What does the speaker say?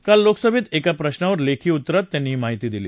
काल लोकसभेत एका प्रश्नावर लेखी उत्तरात त्यांनी ही माहिती दिली